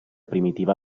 primitiva